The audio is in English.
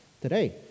today